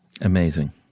Amazing